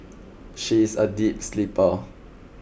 she is a deep sleeper